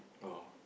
oh